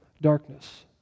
darkness